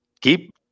Keep